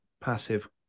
passive